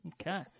Okay